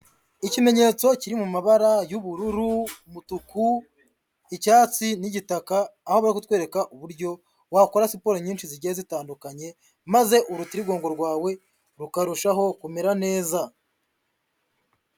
Ikimenyetso kiri mu mabara y'ubururu, umutuku, icyatsi n'igitaka, aho bari kutwereka uburyo wakora siporo nyinshi zigiye zitandukanye maze urutirigongo rwawe rukarushaho kumera neza.